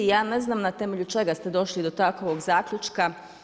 Ja ne znam na temelju čega ste došli do takvog zaključka.